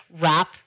wrap